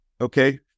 okay